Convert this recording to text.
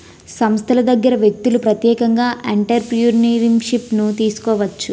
సంస్థల దగ్గర వ్యక్తులు ప్రత్యేకంగా ఎంటర్ప్రిన్యూర్షిప్ను తీసుకోవచ్చు